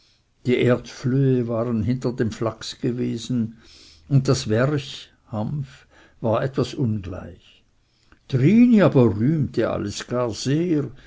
die erdflöhe waren hinter dem flachs gewesen und das werch war etwas ungleich trini rühmte aber alles gar sehr